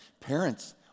Parents